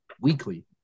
weekly